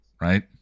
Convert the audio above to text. right